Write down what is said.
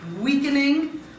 weakening